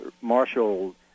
marshal